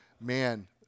man